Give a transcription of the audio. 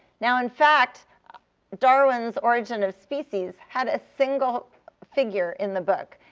now, in fact darwin's origin of species had a single figure in the book,